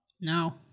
No